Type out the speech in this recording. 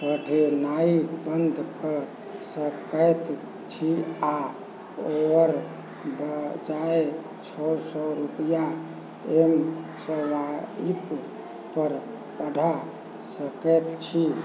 पठेनाइ बन्द कऽ सकैत छी आओर बजाय छओ सओ रुपैआ एम स्वाइपपर पठा सकैत छी